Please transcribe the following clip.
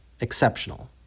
exceptional